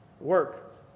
work